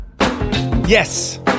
Yes